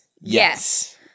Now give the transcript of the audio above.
Yes